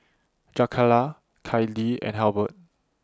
Jakayla Clydie and Halbert